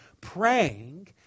praying